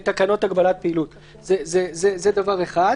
5 לתקנות הגבלת פעילות זה שורה של מקומות,